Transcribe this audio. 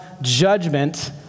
judgment